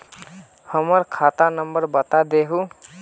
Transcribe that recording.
हमर खाता नंबर बता देहु?